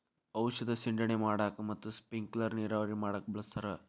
ಔಷದ ಸಿಂಡಣೆ ಮಾಡಾಕ ಮತ್ತ ಸ್ಪಿಂಕಲರ್ ನೇರಾವರಿ ಮಾಡಾಕ ಬಳಸ್ತಾರ